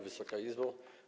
Wysoka Izbo!